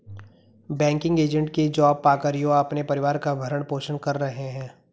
banking agent की job पाकर युवा अपने परिवार का भरण पोषण कर रहे है